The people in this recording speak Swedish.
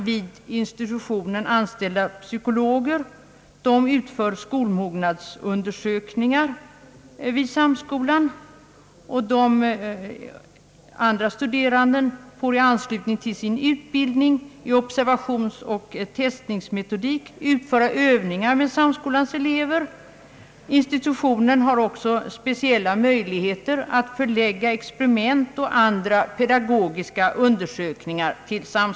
Vid institutionen anställda psykologer utför skolmognadsundersökningar vid <Samskolan. Studerande får i anslutning till sin utbildning i observationsoch testningsmetodik utföra övningar med skolans elever. Institutionen har också speciella möjligheter att dit förlägga experiment och andra pedagogiska undersökningar.